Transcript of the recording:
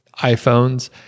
iPhones